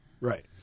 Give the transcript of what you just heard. Right